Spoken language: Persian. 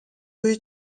بوی